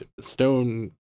Stone